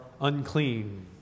unclean